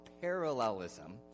parallelism